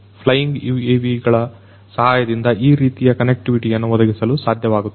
flying UAV ಗಳ ಸಹಾಯದಿಂದ ಈ ರೀತಿಯ ಕನ್ನೆಕ್ಟಿವಿಟಿ ಯನ್ನ ಒದಗಿಸಲು ಸಾಧ್ಯವಾಗುತ್ತದೆ